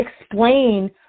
explain